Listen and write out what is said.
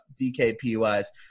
DKP-wise